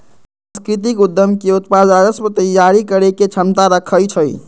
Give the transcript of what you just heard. सांस्कृतिक उद्यम के उत्पाद राजस्व तइयारी करेके क्षमता रखइ छै